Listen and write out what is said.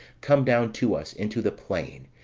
come down to us into the plain,